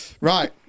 right